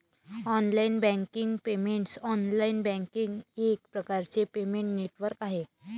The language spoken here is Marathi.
online banking payments online banking एक प्रकारचे पेमेंट नेटवर्क आहे